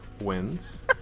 wins